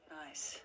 nice